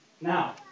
Now